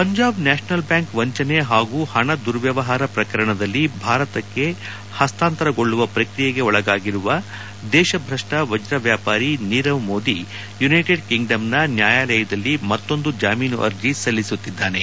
Punjab national bank ವಂಚನೆ ಹಾಗೂ ಹಣ ದುರ್ವ್ಯವಹಾರ ಪ್ರಕರಣದಲ್ಲಿ ಭಾರತಕ್ಕೆ ಹಸ್ತಾಂತರಗೊಳ್ಳುವ ಪ್ರಕ್ರಿಯೆಗೆ ಒಳಗಾಗಿರುವ ದೇಶಭ್ರಷ್ಟ ವಜ್ರ ವ್ಯಾಪಾರಿ ನೀರವ್ ಮೋದಿ ಯುನೈಟೆಡ್ ಕಿಂಗ್ಡಮ್ನ ನ್ಯಾಯಾಲಯದಲ್ಲಿ ಮತ್ತೊಂದು ಜಾಮೀನು ಅರ್ಜೆ ಸಲ್ಲಿಸುತ್ತಿದ್ದಾನೆ